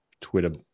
Twitter